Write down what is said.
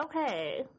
Okay